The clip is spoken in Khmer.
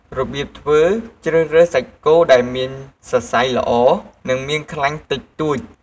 របៀបធ្វើ ជ្រើសរើសសាច់គោដែលមានសរសៃល្អ និងមានខ្លាញ់តិចតួច។